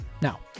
Now